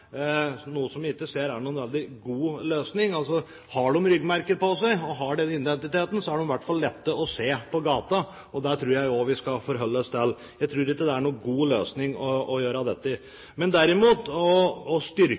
noe som jeg ikke ser er noen veldig god løsning. Har de ryggmerker på seg, og har den identiteten, så er de i hvert fall lett å se på gata, og det tror jeg også vi skal forholde oss til. Jeg tror ikke det er noen god løsning å gjøre dette. Derimot å styrke lokale politiforskrifter og prøve å